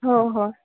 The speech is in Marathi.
हो हो